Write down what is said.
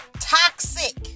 toxic